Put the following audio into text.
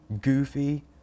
Goofy